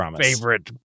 favorite